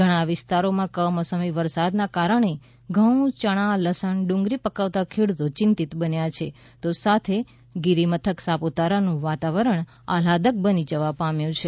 ઘણા વિસ્તારોમાં કમોસમી વરસાદના કારણે ઘઉં ચણા લસણ ડુંગળી પકવતા ખેડૂતો ચિંતિત બન્યા છે સાથે ગિરિમથક સાપુતારાનું વાતાવરણ આહલાદ્ક બની જવા પામ્યું છે